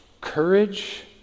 courage